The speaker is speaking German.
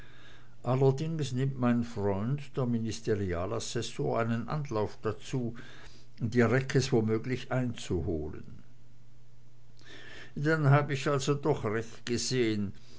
allerdings nimmt mein freund der ministerialassessor einen anlauf dazu die reckes womöglich einzuholen dann hab ich also doch recht gesehn